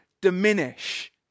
diminish